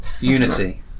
unity